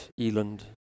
eland